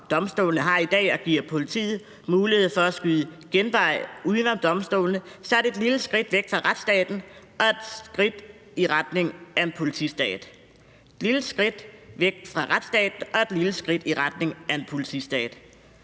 domstolene har i dag, og giver politiet mulighed for at skyde genvej uden om domstolene, så er det et lille skridt væk fra retsstaten og et skridt i retning af en politistat – et lille skridt væk fra retsstaten og et lille skridt i retning af en politistat.